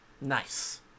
nice